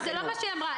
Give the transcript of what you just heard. לא, זה לא מה שהיא אמרה.